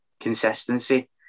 consistency